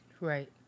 Right